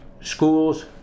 schools